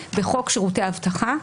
בחוק שירותי אבטחה,